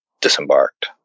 disembarked